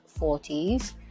40s